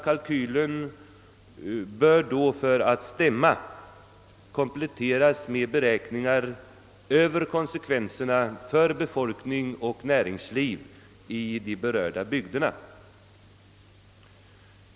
Kalkylen bör då för att stämma kompletteras med beräkningar över konsekvenserna för befolkning och näringsliv i de berörda bygderna.